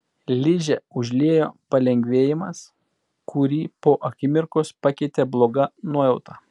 ližę užliejo palengvėjimas kurį po akimirkos pakeitė bloga nuojauta